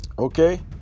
Okay